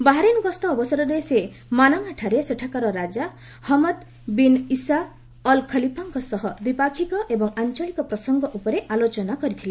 Bahrain ଗସ୍ତ ଅବସରରେ ସେ ମାନାମାଠାରେ ସେଠାକାର ରାଜା ହଞ୍ଜଦ୍ ବିନ୍ ଇଶା ଅଲ୍ ଖଲିଫାଙ୍କ ସହ ଦ୍ୱିପାକ୍ଷିକ ଏବଂ ଆଞ୍ଚଳିକ ପ୍ରସଙ୍ଗ ଉପରେ ଆଲୋଚନା କରିଥିଲେ